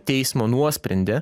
teismo nuosprendį